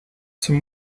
zum